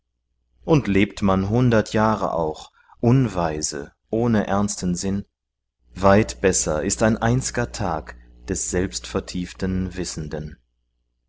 und lebt man hundert jahre auch unweise ohne ernsten sinn weit besser ist ein einz'ger tag des selbstvertieften wissenden